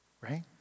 right